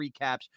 recaps